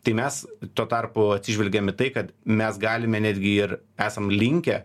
tai mes tuo tarpu atsižvelgiam į tai kad mes galime netgi ir esam linkę